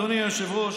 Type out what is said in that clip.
אדוני היושב-ראש,